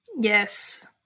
Yes